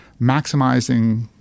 maximizing